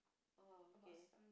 oh okay